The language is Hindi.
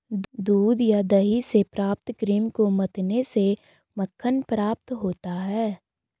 दूध या दही से प्राप्त क्रीम को मथने से मक्खन प्राप्त होता है?